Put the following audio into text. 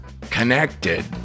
connected